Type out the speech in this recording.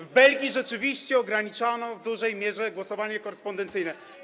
W Belgii rzeczywiście ograniczano w dużej mierze głosowanie korespondencyjne.